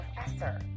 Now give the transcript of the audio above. Professor